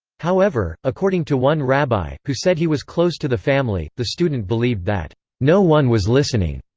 however, according to one rabbi, who said he was close to the family, the student believed that no one was listening.